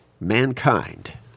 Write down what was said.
mankind